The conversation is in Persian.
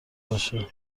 باشه